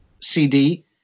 CD